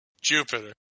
Jupiter